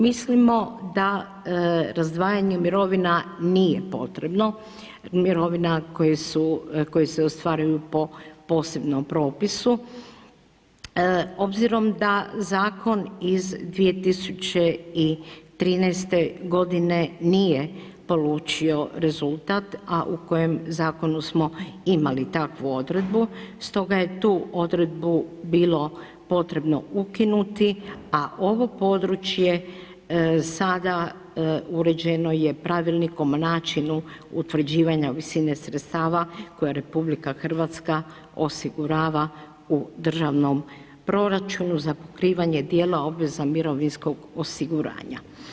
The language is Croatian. Mislimo da razdvajanja mirovina nije potrebno, mirovina koje se ostvaruju po posebnom propisu, obzirom da zakon iz 2013.godine nije polučio rezultat, a u kojem zakonu smo imali takvu odredbu, stoga je tu odredbu bilo potrebno ukinuti, a ovo je područje sada uređeno je Pravilnikom o načinu utvrđivanja visine sredstava koje je RH osigurava u državnom proračunu za pokrivanje dijela obveza mirovinskog osiguranja.